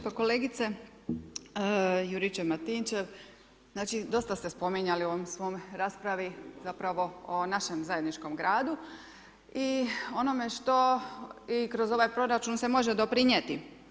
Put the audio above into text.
Pa kolegice Juričev-Martinčev, znači, dosta ste spominjali u ovom svom raspravi, zapravo, o našem zajedničkom gradu i onome što i kroz ovaj proračun se može doprinijeti.